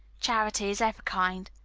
charity is ever kind.